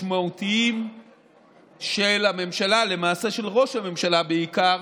המשמעותיים של הממשלה, למעשה של ראש הממשלה בעיקר,